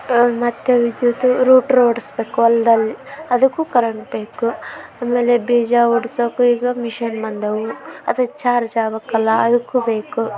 ಮತ್ತು ವಿದ್ಯುತ್ತು ರೂಟ್ರ್ ಹೊಡ್ಸ್ಬೇಕ್ ಹೊಲ್ದಲ್ ಅದಕ್ಕೂ ಕರೆಂಟ್ ಬೇಕು ಆಮೇಲೆ ಬೀಜ ಹೊಡ್ಸೋಕು ಈಗ ಮಿಷನ್ ಬಂದವೆ ಅದು ಚಾರ್ಜ್ ಆಗ್ಬೇಕಲ್ಲ ಅದಕ್ಕೂ ಬೇಕು